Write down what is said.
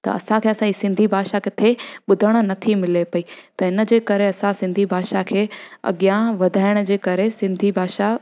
त असांखे असांजी सिंधी भाषा किथे ॿुधणु नथी मिले पई त हिन जे करे असां सिंधी भाषा खे अॻियां वधाइण जे करे सिंधी भाषा